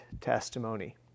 testimony